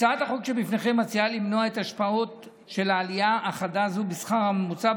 הצעת החוק שלפניכם מציעה למנוע את ההשפעות של עלייה חדה זו בשכר הממוצע,